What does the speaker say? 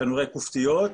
תנורי כופתיות,